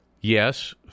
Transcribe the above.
Yes